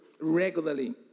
regularly